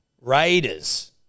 Raiders